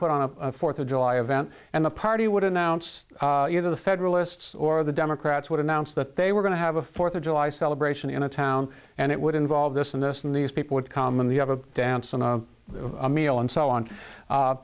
put on a fourth of july event and the party would announce you know the federalists or the democrats would announce that they were going to have a fourth of july celebration in a town and it would involve this and this and these people would come in the have a dance and a meal and so on a